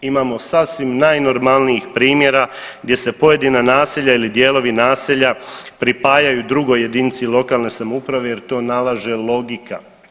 Imamo sasvim najnormalnijih primjera gdje se pojedina naselja ili dijelovi naselja pripajaju drugoj jedinici lokalne samouprave jer to nalaže logika.